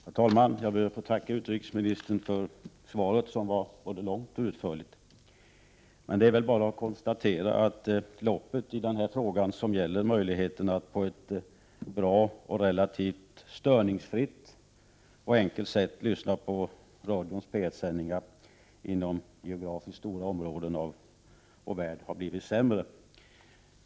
Herr talman! Jag ber att få tacka utrikesministern för svaret, som var både långt och utförligt. Det är väl bara att konstatera att möjligheterna har blivit sämre när det gäller att på ett bra, enkelt och relativt störningsfritt sätt kunna lyssna på radions P 1-sändningar inom geografiskt stora områden av vår värld.